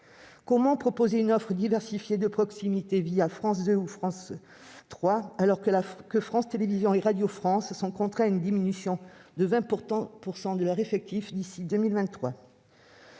Comment proposer une offre diversifiée et de proximité France 3 ou France Bleu alors que France Télévisions et Radio France sont contraints à une diminution de 20 % de leurs effectifs d'ici à 2023 ?